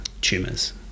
tumors